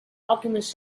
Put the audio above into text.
alchemist